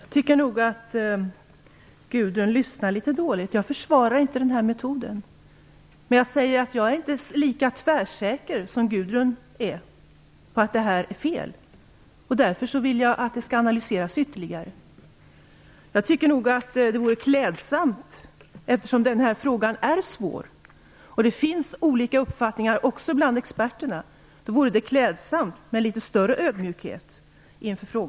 Fru talman! Jag tycker nog att Gudrun Lindvall lyssnar litet dåligt. Jag försvarar inte den här metoden. Men jag säger att jag inte är lika tvärsäker som Gudrun Lindvall är på att detta är fel. Därför vill jag att frågan skall analyseras ytterligare. Eftersom den här frågan är svår och eftersom det finns olika uppfattningar också bland experterna vore det klädsamt med litet större ödmjukhet inför den.